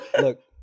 look